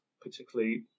particularly